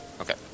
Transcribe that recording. Okay